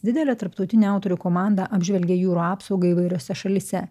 didelė tarptautinė autorių komanda apžvelgė jūrų apsaugą įvairiose šalyse